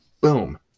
Boom